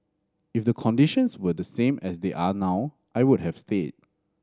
if the conditions were the same as they are now I would have stayed